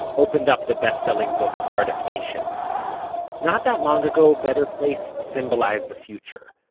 opened up the best-selling book start-up nation not that long ago, better place symbolized the future.